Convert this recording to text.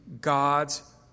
God's